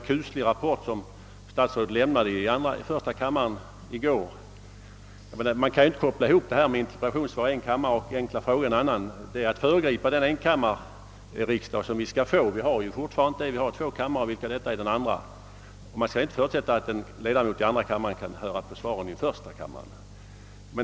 Den rapport som statsrådet lämnade i första kammaren den 10 december var kuslig; man kan emellertid inte koppla samman ett interpellationssvar i en kammare med svar på en enkel fråga i en annan. Det är att föregripa den enkammarriksdag som vi kommer att få. Vi har dock fortfarande två kamrar — av vilka detta är den andra och det är enligt min mening felaktigt att förutsätta att en ledamot av andra kammaren kan lyssna till de svar som lämnas i första kammaren.